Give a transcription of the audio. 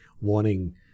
wanting